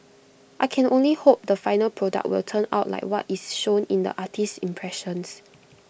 I can only hope the final product will turn out like what is shown in the artist's impressions